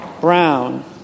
Brown